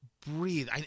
breathe